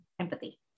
empathy